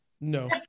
No